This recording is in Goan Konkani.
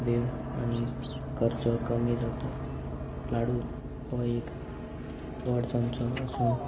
वेळ आनी खर्चो कमी जाता लाडू हो एक व्हड चमचो आसून